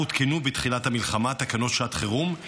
עודכנו בתחילת המלחמה תקנות שעת חירום,